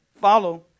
follow